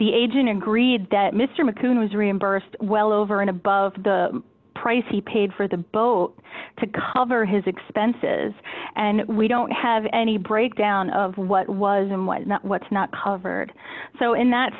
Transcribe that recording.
the agent agreed that mr methuen was reimbursed well over and above the price he paid for the boat to cover his expenses and we don't have any breakdown of what was and what is not what's not covered so in that